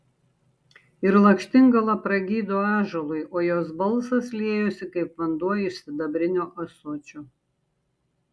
ir lakštingala pragydo ąžuolui o jos balsas liejosi kaip vanduo iš sidabrinio ąsočio